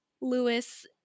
Lewis